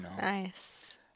nice